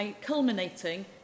culminating